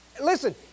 Listen